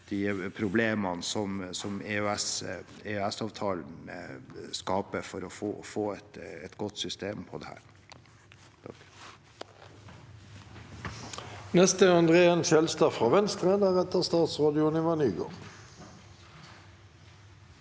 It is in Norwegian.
de problemene som EØS-avtalen skaper for å få et godt system på dette.